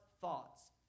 thoughts